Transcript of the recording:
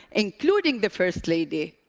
including the first lady,